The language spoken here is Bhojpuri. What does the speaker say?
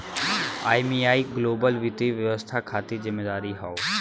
आई.एम.एफ ग्लोबल वित्तीय व्यवस्था खातिर जिम्मेदार हौ